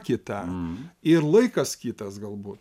kita ir laikas kitas galbūt